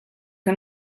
que